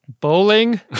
bowling